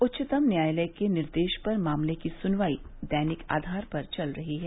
उच्चतम न्यायालय के निर्देश पर मामले की सुनवाई दैनिक आधार पर चल रही है